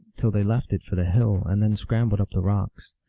till they left it for the hill, and then scrambled up the rocks.